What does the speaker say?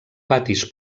patis